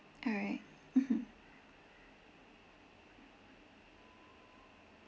alright mmhmm